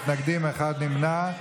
33 בעד, 14 מתנגדים ואחד נמנע.